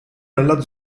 nella